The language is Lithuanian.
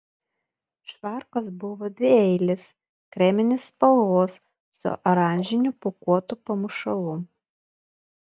švarkas buvo dvieilis kreminės spalvos su oranžiniu pūkuotu pamušalu